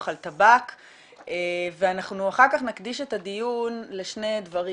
על טבק ואחר כך נקדיש את הדיון לשני דברים.